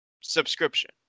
subscription